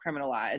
criminalized